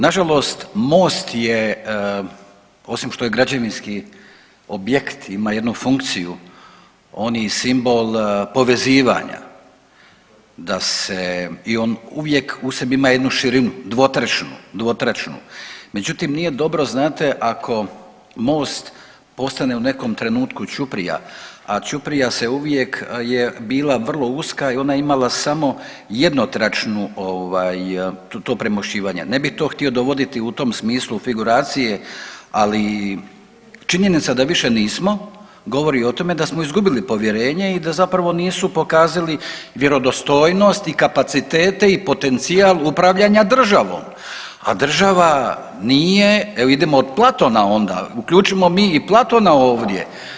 Nažalost most je osim što je građevinski objekt ima jednu funkciju on je i simbol povezivanja da se i on uvijek u sebi ima jednu širinu dvotrećnu, dvotrećnu, međutim nije dobro znate ako most postane u nekom trenutku ćuprija, a ćuprija se uvijek bila vrlo uska i ona je imala samo jedno tračnu ovaj to premošćivanje, ne bih to htio dovoditi u tom smislu figuracije ali činjenica da više nismo govori o tome da smo izgubili povjerenje i da zapravo nisu pokazali vjerodostojnost i kapacitete i potencijal upravljanja državom, a država nije, evo idemo od Platona onda, uključimo mi i Platona ovdje.